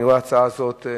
ואני רואה בהצעה הזאת,